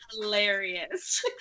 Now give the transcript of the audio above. hilarious